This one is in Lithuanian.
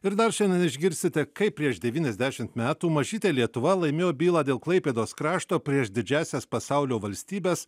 ir dar šiandien išgirsite kaip prieš devyniasdešimt metų mažytė lietuva laimėjo bylą dėl klaipėdos krašto prieš didžiąsias pasaulio valstybes